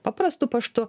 paprastu paštu